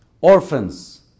orphans